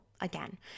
again